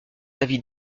avis